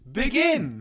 begin